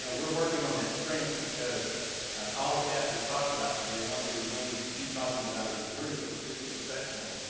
yeah we're working on that strength because all the stats we've talked about today, one that we really need to keep talking about as a group, as a group of professionals,